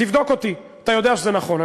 תבדוק אותי, אתה יודע שזה נכון.